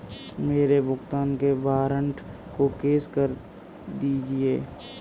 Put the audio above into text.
मेरे भुगतान के वारंट को कैश कर दीजिए